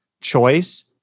choice